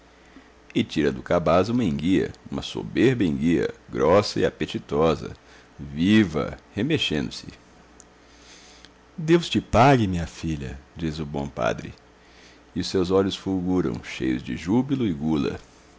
e tira do cabaz uma enguia uma soberba enguia grossa e apetitosa viva remexendo se deus te pague filha diz o bom padre e os seus olhos fulguram cheios de júbilo e gula